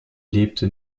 lebte